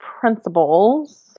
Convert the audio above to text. principles